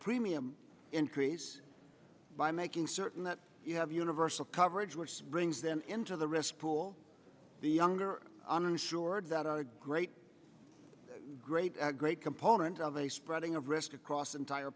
premium increase by making certain that you have universal coverage which brings them into the risk pool the younger uninsured that are a great great great component of a spreading of risk across the entire